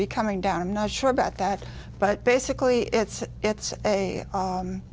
be coming down i'm not sure about that but basically it's it's a